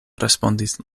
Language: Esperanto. respondis